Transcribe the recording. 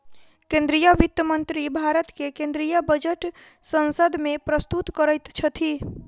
केंद्रीय वित्त मंत्री भारत के केंद्रीय बजट संसद में प्रस्तुत करैत छथि